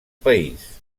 país